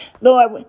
Lord